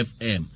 FM